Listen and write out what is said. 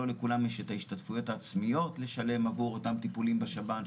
לא לכולם יש את ההשתתפויות העצמיות לשלם עבור אותם טיפולים בשב"ן,